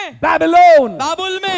Babylon